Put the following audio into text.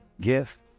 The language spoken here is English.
gift